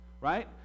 right